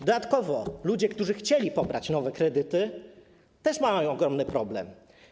Dodatkowo ludzie, którzy chcieli wziąć nowe kredyty, też mają ogromny problem.